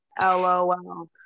LOL